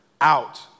out